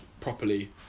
properly